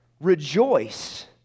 rejoice